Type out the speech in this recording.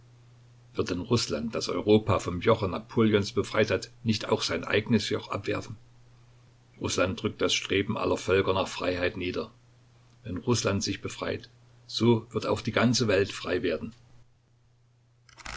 wird denn rußland das europa vom joche napoleons befreit hat nicht auch sein eigenes joch abwerfen rußland drückt das streben aller völker nach freiheit nieder wenn rußland sich befreit so wird auch die ganze welt frei werden